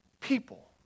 people